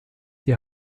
die